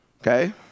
okay